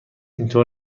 اینطور